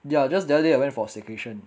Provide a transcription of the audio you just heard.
ya just the other day I went for staycation